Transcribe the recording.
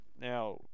Now